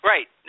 Right